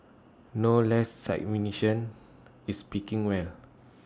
no less is speaking well